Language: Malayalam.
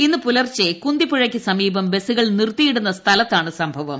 ഇന്ന് പുലർച്ചെ കുന്തിപ്പുഴക്ക് സമീപം ബസ്സുകൾ നിർത്തിയിടുന്ന സ്ഥലത്താണ് സംഭവം